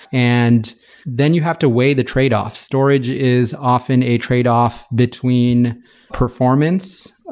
and then you have to weigh the tradeoffs. storage is often a tradeoff between performance,